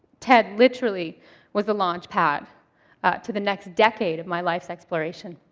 ted literally was the launch pad to the next decade of my life's exploration.